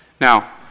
Now